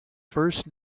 first